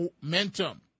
momentum